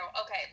Okay